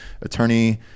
Attorney